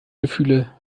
gefühle